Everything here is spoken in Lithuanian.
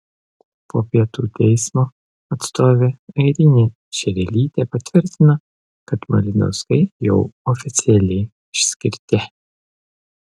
po pietų teismo atstovė airinė šerelytė patvirtino kad malinauskai jau oficialiai išskirti